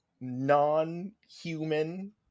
non-human